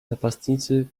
napastnicy